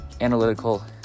analytical